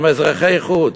הם אזרחי חוץ.